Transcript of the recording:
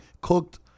cooked